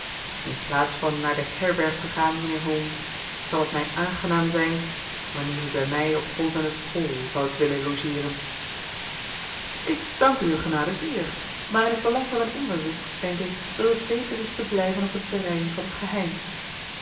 in plaats van naar de herberg te gaan mijnheer holmes zal het mij aangenaam zijn wanneer u bij mij op holdernesse hall zoudt willen logeeren ik dank uwe genade zeer maar in het belang van mijn onderzoek denk ik dat het beter is te blijven op het terrein van het geheim